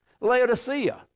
Laodicea